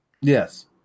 Yes